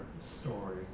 story